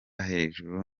hejuru